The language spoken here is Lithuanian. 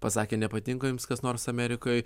pasakė nepatinka jums kas nors amerikoj